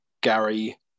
Gary